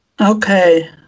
okay